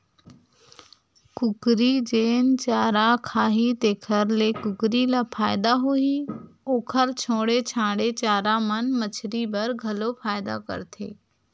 कुकरी जेन चारा खाही तेखर ले कुकरी ल फायदा होही, ओखर छोड़े छाड़े चारा मन मछरी बर घलो फायदा करथे